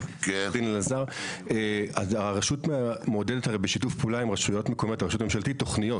הממשלתית מעודדת בשיתוף פעולה עם רשויות מקומיות תוכניות.